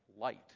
light